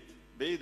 ביידיש,